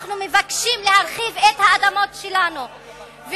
ואנחנו מבקשים להרחיב את האדמות שלנו.